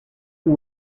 who